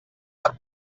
per